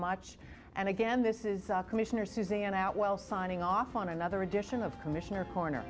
much and again this is commissioner suzanne outwell signing off on another edition of commissioner corner